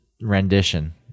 rendition